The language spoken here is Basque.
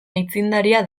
aitzindaria